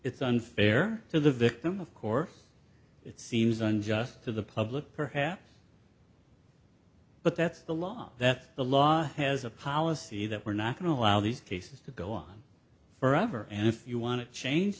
it's unfair to the victim of course it seems unjust to the public perhaps but that's the law that the law has a policy that we're not going to allow these cases to go on forever and if you want to change